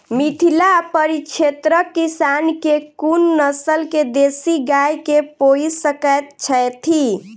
मिथिला परिक्षेत्रक किसान केँ कुन नस्ल केँ देसी गाय केँ पोइस सकैत छैथि?